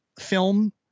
film